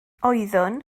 oeddwn